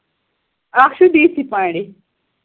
اکھ چھُ D C Pandey